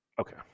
Okay